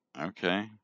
Okay